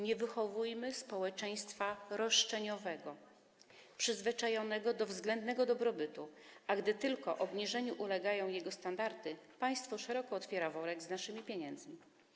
Nie wychowujmy społeczeństwa roszczeniowego, przyzwyczajonego do względnego dobrobytu, do sytuacji, w której gdy tylko obniżeniu ulegają jego standardy, państwo szeroko otwiera worek z naszymi pieniędzmi.